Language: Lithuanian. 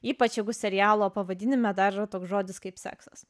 ypač jeigu serialo pavadinime dar yra toks žodis kaip seksas